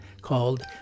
called